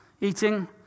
eating